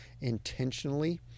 intentionally